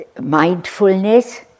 mindfulness